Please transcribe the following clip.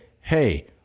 hey